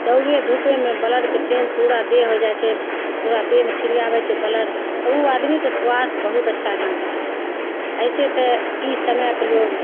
दौड़ै धुपैमे ब्लडके चेन्ज पूरा देह हो जाइ छै पूरा देहमे छिड़िआबै छै ब्लड तऽ ओ आदमीके स्वास्थ्य बहुत अच्छा ढङ्गके रहै छै अइसे तऽ ई समयके लोक